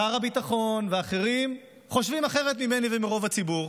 שר הביטחון ואחרים חושבים אחרת ממני ומרוב הציבור.